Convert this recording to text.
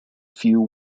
few